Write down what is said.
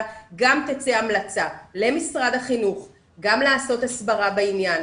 גם תצא המלצה למשרד החינוך גם לעשות הסברה בעניין.